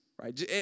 right